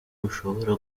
mushobora